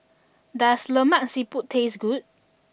does Lemak Siput taste good